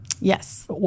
Yes